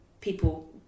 people